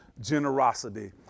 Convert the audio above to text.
generosity